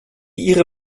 ihre